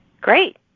Great